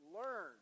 learn